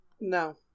no